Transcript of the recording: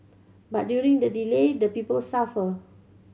but during the delay the people suffer